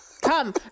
Come